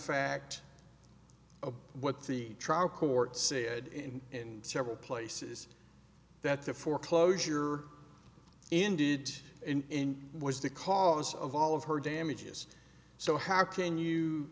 fact of what the trial court said and in several places that the foreclosure ended in was the cause of all of her damages so how can you